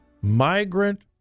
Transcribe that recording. migrant